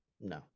no